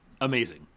amazing